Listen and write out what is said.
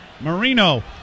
Marino